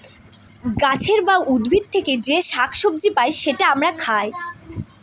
গাছের বা উদ্ভিদ থেকে যে শাক সবজি পাই সেটা আমরা খাই